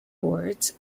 words